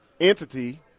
entity